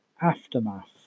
Aftermath